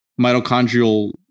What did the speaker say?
mitochondrial